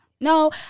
No